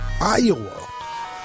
Iowa